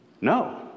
No